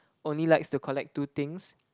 only likes to collect two things